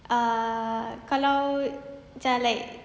ah kalau macam like